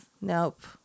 nope